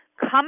Come